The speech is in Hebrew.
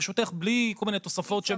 ברשותך בלי כל מיני תוספות.